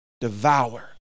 devour